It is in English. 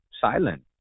silent